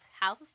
house